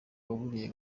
waburiye